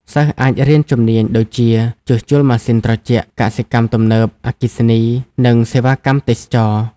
សិស្សអាចរៀនជំនាញដូចជា ជួសជុលម៉ាស៊ីន កសិកម្មទំនើប អគ្គិសនី និងសេវាកម្មទេសចរណ៍។